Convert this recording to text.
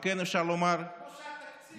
מה כן אפשר לומר, כמו שהתקציב מנותק מהמציאות.